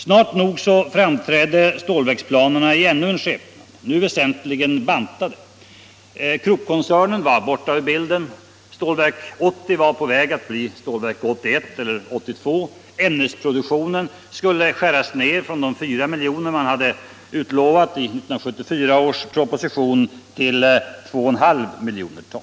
Snart nog framträdde stålverksplanerna i ännu en skepnad, nu väsentligen ban tade. Kruppkoncernen var borta ur bilden. Stålverk 80 var på väg att bli Stålverk 81 eller 82. Ämnesproduktionen skulle skäras ner från 4 miljoner ton som man hade utlovat i 1974 års proposition till 2,5 miljoner ton.